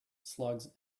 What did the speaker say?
slugs